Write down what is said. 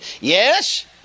Yes